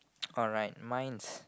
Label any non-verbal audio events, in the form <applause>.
<noise> alright mine is